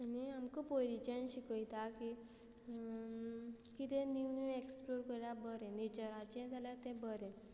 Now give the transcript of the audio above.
आनी आमकां पयलींच्यान शिकयता की कितें न्यू न्यू एक्सप्लोर करा बरें नेचराचें जाल्यार ते बरें